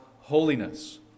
holiness